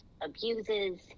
abuses